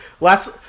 last